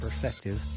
perspective